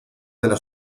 della